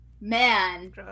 Man